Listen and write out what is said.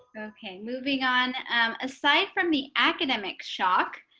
okay, moving on. and aside from the academics shock.